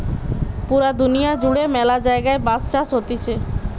পুরা দুনিয়া জুড়ে ম্যালা জায়গায় বাঁশ চাষ হতিছে